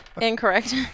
incorrect